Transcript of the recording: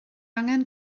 angen